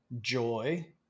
joy